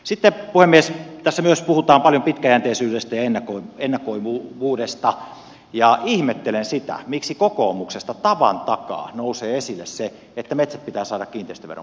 sitten puhemies tässä myös puhutaan paljon pitkäjänteisyydestä ja ennakoivuudesta ja ihmettelen sitä miksi kokoomuksesta tavan takaa nousee esille se että metsät pitää saada kiinteistöveron piiriin